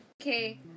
okay